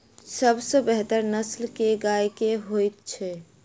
सबसँ बेहतर नस्ल केँ गाय केँ होइ छै?